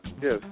Yes